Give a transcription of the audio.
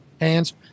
hands